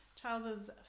Charles's